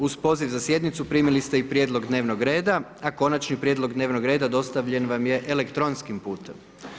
Uz poziv za sjednicu primili ste i prijedlog dnevnog reda a konačni prijedlog dnevnog reda dostavljen vam je elektronskim putem.